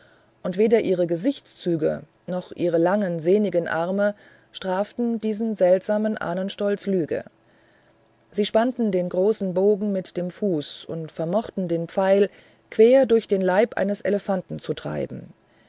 und weder ihre gesichtszüge noch ihre langen sehnigen arme straften diesen seltsamen ahnenstolz lüge sie spannten den großen bogen mit dem fuß und vermochten den pfeil quer durch den leib eines elefanten zu treiben